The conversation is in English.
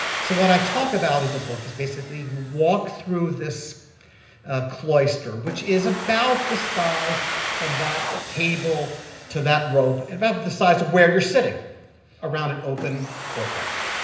so what i talk about in the book is basically you walk through this cloister, which is about the size from that table to that rope and about the size of where you're sitting around an open courtyard.